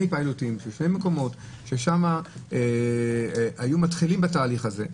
פיילוטים בשני מקומות ששם היו מתחילים בתהליך הזה.